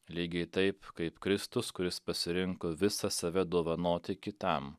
lygiai taip kaip kristus kuris pasirinko visą save dovanoti kitam